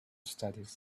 studies